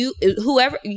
Whoever